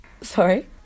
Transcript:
Sorry